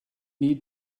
need